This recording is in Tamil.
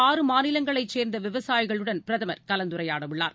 ஆறு மாநிலங்களைச் சேர்ந்த விவசாயிகளுடன் பிரதமர் கலந்துரையாடவுள்ளார்